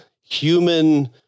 human